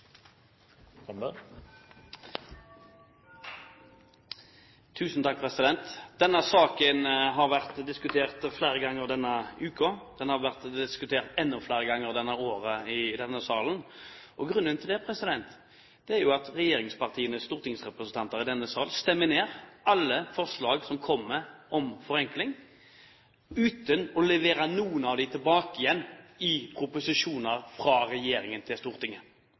Denne saken har vært diskutert flere ganger denne uken. Den har vært diskutert enda flere ganger dette året i denne salen. Grunnen til det er at regjeringspartienes stortingsrepresentanter i denne sal stemmer ned alle forslag som kommer om forenkling, uten at det kommer noen forslag tilbake i proposisjoner fra regjeringen til Stortinget.